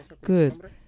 Good